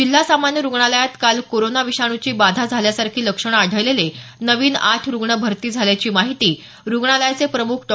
जिल्हा सामान्य रूग्णालयात काल कोरोना विषाणूची बाधा झाल्यासारखी लक्षणं आढळलेले नवीन आठ रूग्ण भरती झाल्याची माहिती रुग्णालयाचे प्रमुख डॉ